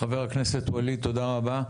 חבר הכנסת ואליד, תודה רבה.